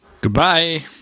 Goodbye